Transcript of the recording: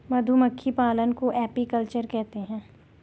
मधुमक्खी पालन को एपीकल्चर कहते है